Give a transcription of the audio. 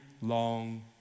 long